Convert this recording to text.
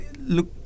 look